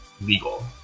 legal